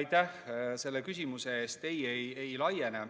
Aitäh selle küsimuse eest! Ei laiene,